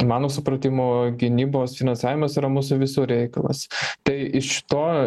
mano supratimu gynybos finansavimas yra mūsų visų reikalas tai iš to